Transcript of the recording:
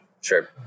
Sure